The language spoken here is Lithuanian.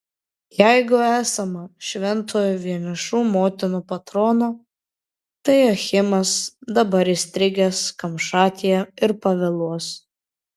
jeigu esama šventojo vienišų motinų patrono tai achimas dabar įstrigęs kamšatyje ir pavėluos